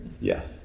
Yes